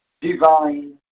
divine